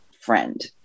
friend